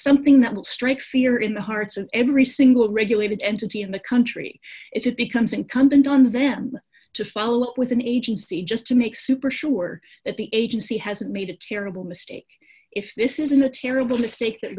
something that will strike fear in the hearts of every single regulated entity in the country if it becomes incumbent on them to follow up with an agency just to make super sure that the agency hasn't made a terrible mistake if this isn't a terrible mistake that